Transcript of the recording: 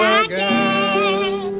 again